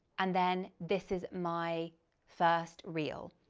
and then this is my first reel.